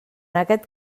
aquest